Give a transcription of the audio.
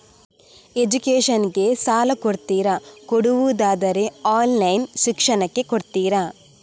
Education ಗೆ ಸಾಲ ಕೊಡ್ತೀರಾ, ಕೊಡುವುದಾದರೆ ಆನ್ಲೈನ್ ಶಿಕ್ಷಣಕ್ಕೆ ಕೊಡ್ತೀರಾ?